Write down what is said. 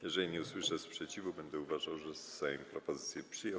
Jeżeli nie usłyszę sprzeciwu, będę uważał, że Sejm propozycję przyjął.